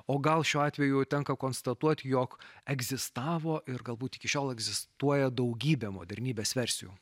o gal šiuo atveju tenka konstatuoti jog egzistavo ir galbūt iki šiol egzistuoja daugybė modernybės versijų